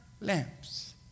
lamps